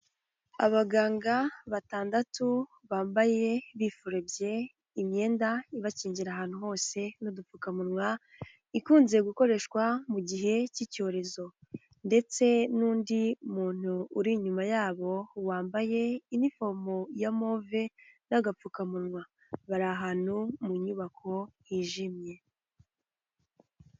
Abaganga batandatu bambaye bifurebye imyenda ibakingira ahantu hose, n'udupfukamunwa ikunze gukoreshwa mu gihe cy'icyorezo, ndetse n'undi muntu uri inyuma yabo wambaye inifomo ya move n'agapfukamunwa, bari ahantu mu nyubako hijimye.